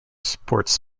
sports